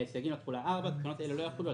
--- סייגים לתחולה תקנות אלה לא יחולו על